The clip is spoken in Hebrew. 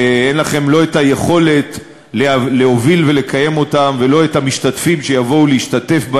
שאין לכם לא היכולת להוביל ולקיים ולא להביא את המשתתפים בהן,